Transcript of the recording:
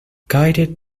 guided